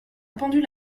pendule